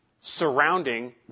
surrounding